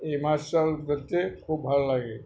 এই মাছটা ধরতে খুব ভালো লাগে